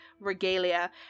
regalia